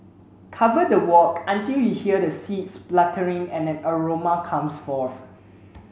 cover the wok until you hear the seeds spluttering and an aroma comes forth